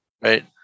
Right